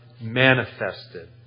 manifested